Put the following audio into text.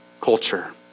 culture